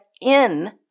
in-